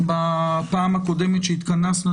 שהצגנו בפעם הקודמת שהתכנסנו,